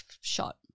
shot